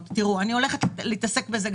הוא הוגדר להסתכל על המגזר הערבי ספציפית,